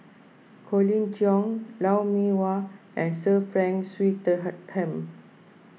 Colin Cheong Lou Mee Wah and Sir Frank Swettenham